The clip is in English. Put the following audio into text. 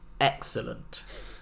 excellent